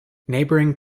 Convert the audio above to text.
neighbouring